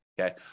Okay